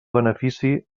benefici